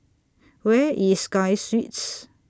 Where IS Sky Suites